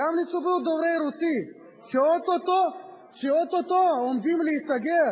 גם לציבור דוברי הרוסית, שאו-טו-טו עומדות להיסגר.